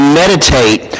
meditate